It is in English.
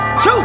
Two